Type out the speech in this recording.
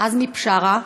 עזמי בשארה.